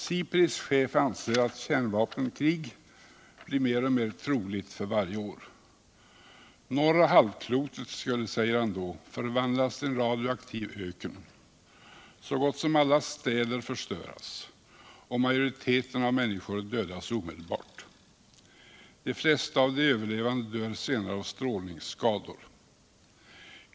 SIPRI:s chef anser alt eit kärnvapenkrig blir mer och mer troligt för varje år. Norra halvklotet skulle. säger han. då förvandlas till en radioaktiv öken, så gott som alla städer förstöras och majoriteten av människor dödas omedelbart. De flesta av de överlevande dör senare av strålningsskador.